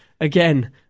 again